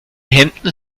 hemden